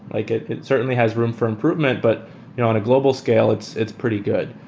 like it it certainly has room for improvement, but you know on a global scale, it's it's pretty good.